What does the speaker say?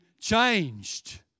changed